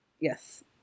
Yes